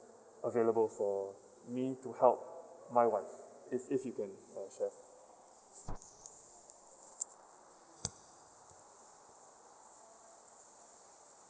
available for me to help my wife if if you can uh share